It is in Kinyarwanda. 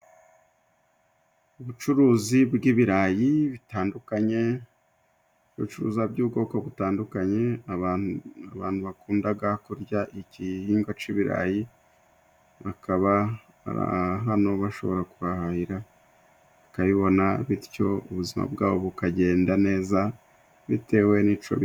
Ubucuruzi bw'ibirayi bitandukanye ibicuruza by'ubwoko butandukanye abantu bakundaga kurya igihingwa c'ibirayi bakaba hano bashobora kuhahira bakabibona bityo ubuzima bwabo bukagenda neza.